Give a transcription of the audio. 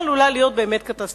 התוצאה עלולה להיות קטסטרופלית.